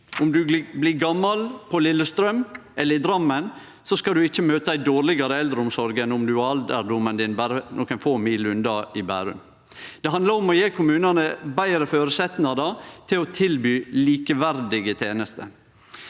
Om du blir gamal på Lillestrøm eller i Drammen, skal du ikkje møte ei dårlegare eldreomsorg enn om du har alderdomen din berre nokre få mil unna, i Bærum. Det handlar om å gje kommunane betre føresetnader til å tilby likeverdige tenester.